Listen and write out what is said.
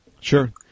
Sure